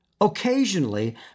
Occasionally